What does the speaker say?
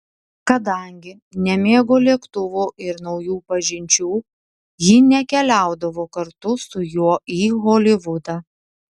kadangi nemėgo lėktuvų ir naujų pažinčių ji nekeliaudavo kartu su juo į holivudą